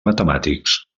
matemàtics